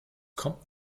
kommt